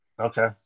Okay